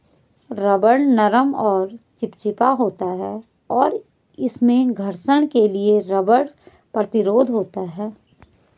rubber नरम और चिपचिपा होता है, और इसमें घर्षण के लिए खराब प्रतिरोध होता है